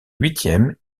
huitième